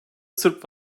sırp